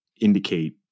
indicate